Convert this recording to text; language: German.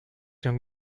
den